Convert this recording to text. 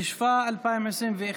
התשפ"א 2021,